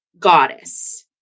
Goddess